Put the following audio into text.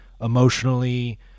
emotionally